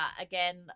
Again